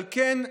על כן,